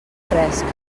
fresc